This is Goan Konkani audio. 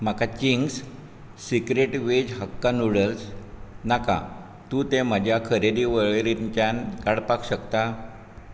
म्हाका Ching's secret veg hakka noodles नाका तूं तें म्हज्या खरेदी वळेरींच्यान काडपाक शकता